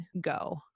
go